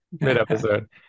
mid-episode